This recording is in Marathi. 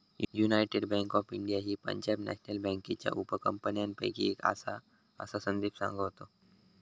युनायटेड बँक ऑफ इंडिया ही पंजाब नॅशनल बँकेच्या उपकंपन्यांपैकी एक आसा, असा संदीप सांगा होतो